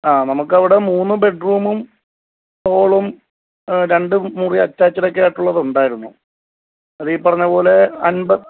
ആ നമുക്കവിടെ മൂന്ന് ബെഡ്റൂമും ഹോളും രണ്ടു മുറി അറ്റാച്ച്ഡ് ഒക്കെ ആയിട്ടുള്ളത് ഉണ്ടായിരുന്നു അത് ഈ പറഞ്ഞ പോലെ അന്പത്